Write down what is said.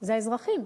זה האזרחים,